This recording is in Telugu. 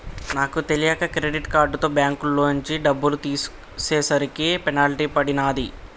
నాకు తెలియక క్రెడిట్ కార్డుతో బ్యేంకులోంచి డబ్బులు తీసేసరికి పెనాల్టీ పడినాది